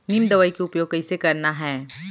नीम दवई के उपयोग कइसे करना है?